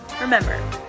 remember